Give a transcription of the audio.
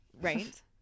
right